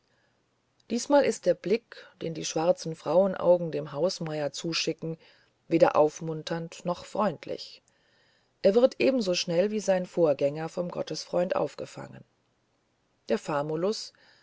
diesmal ist der blick den die schwarzen frauenaugen dem hausmeier zuschicken weder aufmunternd noch freundlich er wird ebenso schnell wie sein vorgänger vom gottesfreunde aufgefangen der